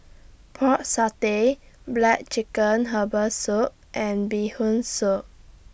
Pork Satay Black Chicken Herbal Soup and Bee Hoon Soup